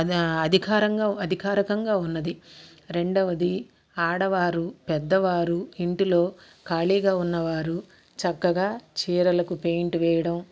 అధికారంగా అధికారికంగా ఉన్నది రెండవది ఆడవారు పెద్దవారు ఇంటిలో ఖాళీగా ఉన్నవారు చక్కగా చీరలకు పెయింట్ వేయడం